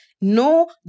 No